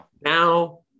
now